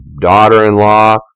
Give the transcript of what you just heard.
daughter-in-law